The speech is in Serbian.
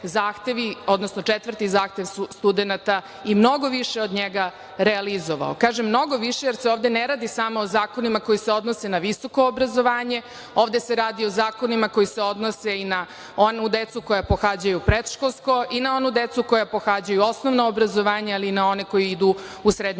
odnosno četvrti zahtev studenata i mnogo više od njega realizovao. Kažem - mnogo više, jer se ovde ne radi samo o zakonima koji se odnose na visoko obrazovanje, ovde se radi o zakonima koji se odnose i na onu decu koja pohađaju predškolsko i na onu decu koja pohađaju osnovno obrazovanje, ali i na one koji idu u srednje